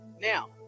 Now